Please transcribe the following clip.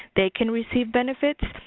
they can receive benefits.